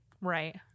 Right